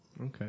Okay